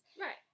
Right